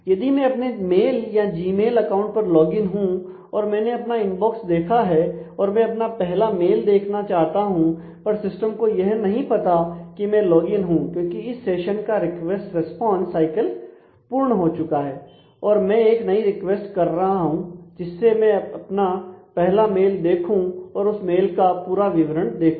यदि मैं अपने मेल या जीमेल अकाउंट पर लॉगइन हूं और मैंने अपना इनबॉक्स देखा है और मैं अपना पहला मेल देखना चाहता हूं पर सिस्टम को यह नहीं पता कि मैं लॉगइन हूं क्योंकि इस सेशन का रिक्वेस्ट रिस्पांस साइकल पूर्ण हो चुका है और मैं एक नई रिक्वेस्ट कर रहा हूं जिससे मैं पहला मेल देखूं और उस मेल का पूरा विवरण देखूं